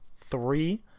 three